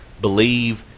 Believe